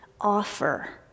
offer